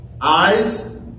Eyes